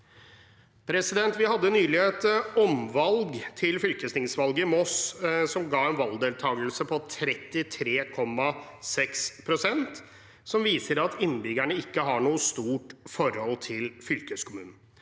hadde i Moss nylig et omvalg til fylkestingsvalget som ga en valgdeltagelse på 33,6 pst., noe som viser at innbyggerne ikke har noe stort forhold til fylkeskommunen.